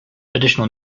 additional